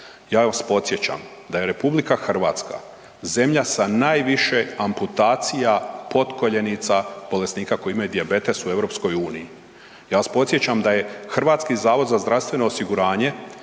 Ja vas podsjećam da je RH zemlja sa najviše amputacija potkoljenica bolesnika koji imaju dijabetes u EU-u. Ja vas podsjećam da je HZZO jedina osiguravajuća